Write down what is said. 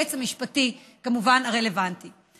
וליועץ המשפטי הרלוונטי, כמובן.